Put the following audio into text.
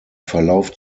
verlauf